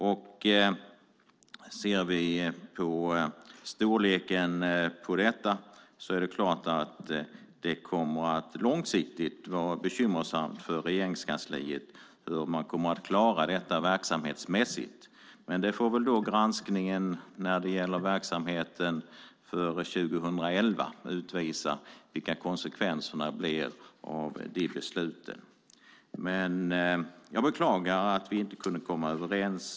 Om vi ser på storleken på detta kommer det naturligtvis att långsiktigt vara bekymmersamt för Regeringskansliet att klara det verksamhetsmässigt. Granskningen gällande verksamheten för 2011 får väl utvisa vilka konsekvenserna av det beslutet blir. Jag beklagar att vi inte kunde komma överens.